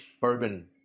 bourbon